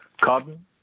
carbon